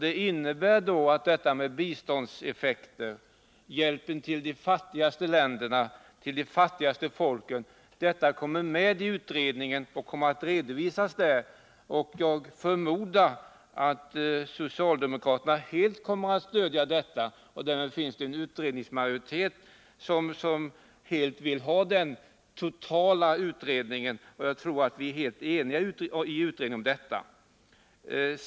Det innebär då att detta med biståndseffekter, hjälpen till de fattigaste folken, kommer med i utredningen och kommer att redovisas där. Jag förmodar att socialdemokraterna helt kommer att stödja detta, och därmed finns det en utredningsmajoritet som vill ha den totala utredningen. Jag tror att vi är helt eniga i utredningen om detta.